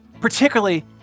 Particularly